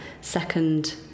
Second